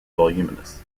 voluminous